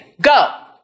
go